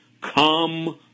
Come